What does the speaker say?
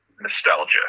nostalgia